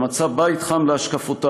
שם מצא בית חם להשקפותיו,